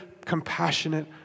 compassionate